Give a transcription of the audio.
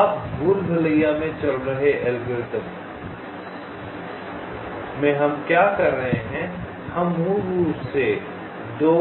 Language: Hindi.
अब भूलभुलैया में चल रहे एल्गोरिदम में हम क्या कर रहे हैं हम मूल रूप से 2